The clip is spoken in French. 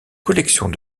collections